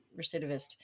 recidivist